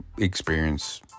experience